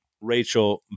Rachel